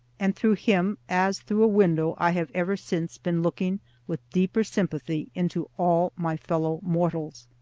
and through him as through a window i have ever since been looking with deeper sympathy into all my fellow mortals.